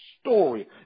story